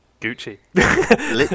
gucci